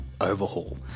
overhaul